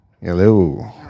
Hello